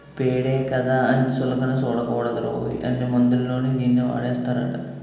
పేడే కదా అని సులకన సూడకూడదురోయ్, అన్ని మందుల్లోని దీన్నీ వాడేస్తారట